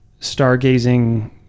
stargazing